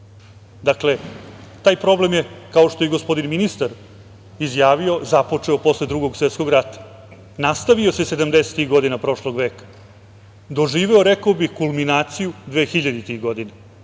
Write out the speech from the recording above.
Dakle, taj problem je, kao što i gospodin ministar izjavio započeo posle Drugog svetskog rata, nastavio se sedamdesetih godina prošlog veka, doživeo, rekao bih, kulminaciju dvehiljaditih